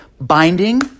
Binding